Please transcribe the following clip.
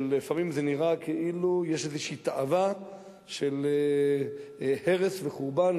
כשלפעמים נראה כאילו יש איזו תאווה של הרס וחורבן,